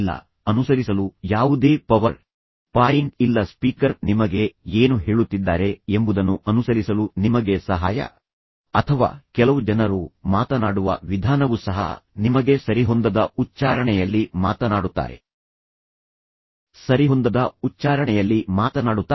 ಆದ್ದರಿಂದ ನೀವು ಸ್ಪೀಕರ್ ನಿಮಗೆ ಹೇಳುತ್ತಿರುವುದನ್ನು ಅನುಸರಿಸಲು ಯಾವುದೇ ಪವರ್ ಪಾಯಿಂಟ್ ಇಲ್ಲ ಸ್ಪೀಕರ್ ನಿಮಗೆ ಏನು ಹೇಳುತ್ತಿದ್ದಾರೆ ಎಂಬುದನ್ನು ಅನುಸರಿಸಲು ನಿಮಗೆ ಸಹಾಯ ಮಾಡಲು ಯಾವುದೇ ಕರಪತ್ರಗಳಿಲ್ಲ ಅಥವಾ ಕೆಲವು ಜನರು ಮಾತನಾಡುವ ವಿಧಾನವೂ ಸಹ ನಿಮಗೆ ಸರಿಹೊಂದದ ಉಚ್ಚಾರಣೆಯಲ್ಲಿ ಮಾತನಾಡುತ್ತಾರೆ